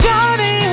Johnny